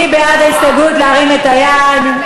מי בעד ההסתייגות, להרים את היד.